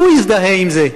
הוא יזדהה עם זה,